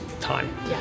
time